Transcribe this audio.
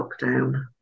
lockdown